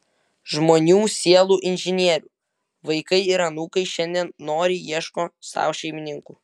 žmonių sielų inžinierių vaikai ir anūkai šiandien noriai ieško sau šeimininkų